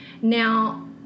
Now